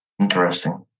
Interesting